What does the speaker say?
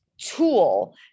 tool